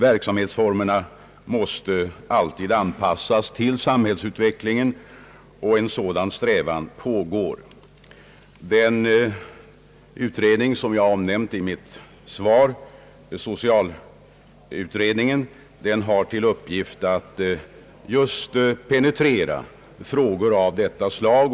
Verksamhetsformerna måste alltid anpassas till samhällsutvecklingen, och en sådan strävan pågår. Den utredning jag omnämnt i mitt svar, socialutredningen, har till uppgift att bl.a. penetrera frågor av detta slag.